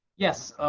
yes.